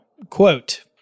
Quote